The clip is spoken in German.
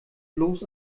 bloß